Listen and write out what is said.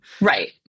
Right